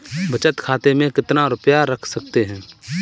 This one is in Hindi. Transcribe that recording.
बचत खाते में कितना रुपया रख सकते हैं?